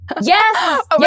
Yes